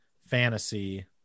fantasy